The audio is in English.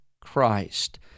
Christ